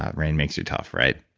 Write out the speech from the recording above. um rain makes you tough, right?